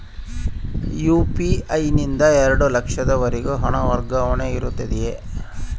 UPI ನಿಂದ ಎರಡು ಲಕ್ಷದವರೆಗೂ ಹಣ ವರ್ಗಾವಣೆ ಇರುತ್ತದೆಯೇ?